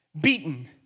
beaten